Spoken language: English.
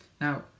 Now